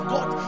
God